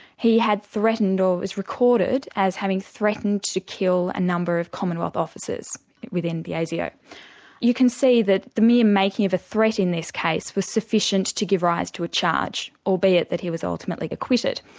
he had threatened, or was recorded as having threatened to kill a number of commonwealth officers within asio. you can see that the mere making of a threat in this case was sufficient to give rise to a charge, albeit that he was ultimately acquitted.